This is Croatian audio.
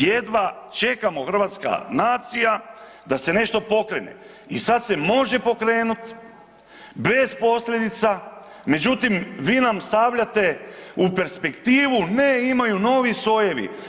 Jedva čeka hrvatska nacija da se nešto pokrene i sad se može pokrenut, bez posljedica međutim vi nam stavljate u perspektivu ne, imaju novi sojevi.